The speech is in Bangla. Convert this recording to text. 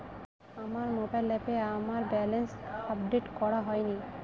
আমার মোবাইল অ্যাপে আমার ব্যালেন্স আপডেট করা হয়নি